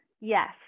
Yes